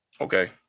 Okay